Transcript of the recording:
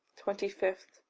twenty five.